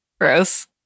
Gross